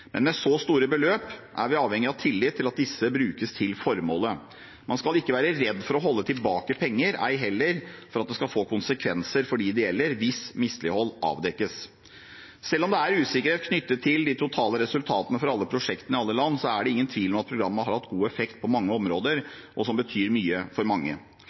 men med så store beløp er vi avhengige av tillit til at disse brukes til formålet. Man skal ikke være redd for å holde tilbake penger, ei heller for at det skal få konsekvenser for dem det gjelder, hvis mislighold avdekkes. Selv om det er usikkerhet knyttet til de totale resultatene for alle prosjektene i alle land, er det ingen tvil om at programmet har hatt god effekt på mange områder og betyr mye for mange.